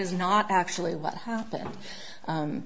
is not actually what happened